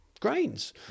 grains